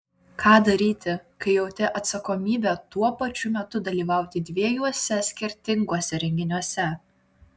ką daryti kai jauti atsakomybę tuo pačiu metu dalyvauti dviejuose skirtinguose renginiuose